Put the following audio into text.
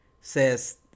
says